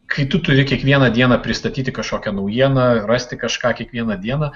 kai tu turi kiekvieną dieną pristatyti kažkokią naujieną rasti kažką kiekvieną dieną